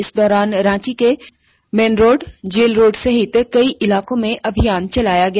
इस दौरान रांची के मेन रोड जेल रोड सहित कई इलाकों में अभियान चलाया गया